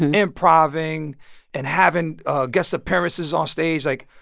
and improv-ing and having ah guest appearances onstage like,